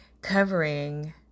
covering